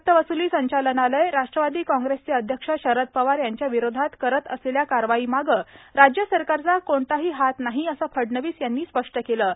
सक्तवसुली संचालनालय राष्ट्रवादी कांग्रेसचे अध्यक्ष शरद पवार यांच्या विरोधात करत असलेल्या कारवाईमागे राज्य सरकारचा कोणताही हात नाही असं फडणवीस यांनी स्पष्ट केलं आहे